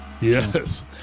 Yes